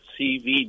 CV